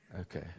Okay